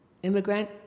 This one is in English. Immigrant